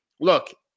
look